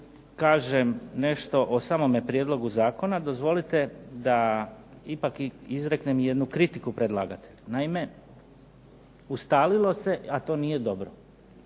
kažem nešto o samome prijedlogu zakona, dozvolite da izreknem jednu kritiku predlagatelju. Naime, ustalilo se, a to nije dobro